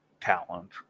talent